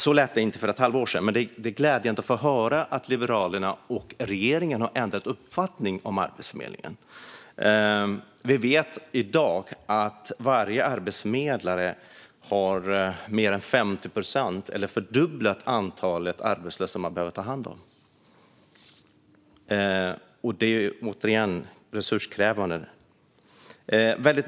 Det lät inte så för ett halvår sedan, men nu är det glädjande att höra att Liberalerna och regeringen har ändrat uppfattning om Arbetsförmedlingen. Antalet arbetssökande har fördubblats, och det är resurskrävande.